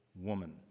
woman